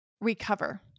recover